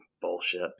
bullshit